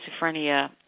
schizophrenia